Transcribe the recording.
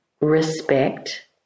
respect